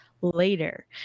later